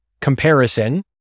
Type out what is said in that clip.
comparison